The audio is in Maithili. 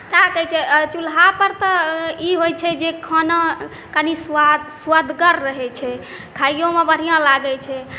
सएह कहैत छै चुल्हा पर तऽ ई होइत छै जे खाना कनि स्वदगर रहैत छै खाइओमे बढ़िआँ लागैत छै